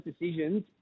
decisions